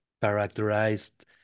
characterized